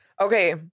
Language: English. Okay